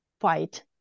fight